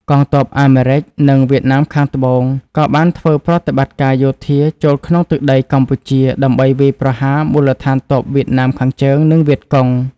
កងទ័ពអាមេរិក និងវៀតណាមខាងត្បូងក៏បានធ្វើប្រតិបត្តិការយោធាចូលក្នុងទឹកដីកម្ពុជា ដើម្បីវាយប្រហារមូលដ្ឋានទ័ពវៀតណាមខាងជើង និងវៀតកុង។